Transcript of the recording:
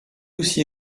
aussi